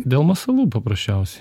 dėl masalų paprasčiausiai